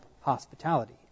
hospitality